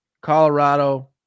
Colorado